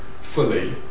fully